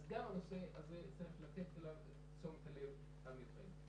אז גם לנושא הזה צריך לתת את תשומת הלב המיוחדת.